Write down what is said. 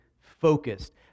focused